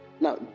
Now